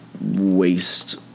waste